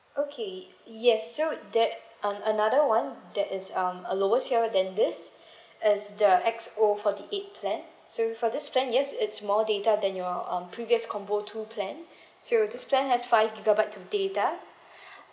okay yes so that uh another one that is um a lower tier than this it's the X_O forty eight plan so for this plan yes it's more data than your um previous combo two plan so this plan has five gigabyte of data